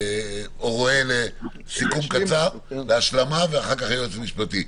רואה, להשלמה ולסיכום קצר.